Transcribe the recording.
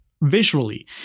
visually